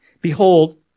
Behold